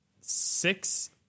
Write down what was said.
six